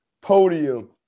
podium